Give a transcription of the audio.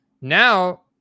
Now